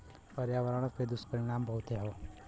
पर्यावरण पे दुष्परिणाम बहुते हौ